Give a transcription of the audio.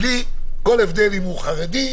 בלי כל הבדל אם הוא חרדי,